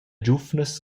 giuvnas